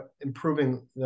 improving